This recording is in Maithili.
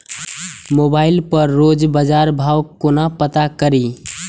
मोबाइल पर रोज बजार भाव कोना पता करि?